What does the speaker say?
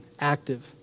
active